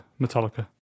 Metallica